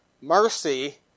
mercy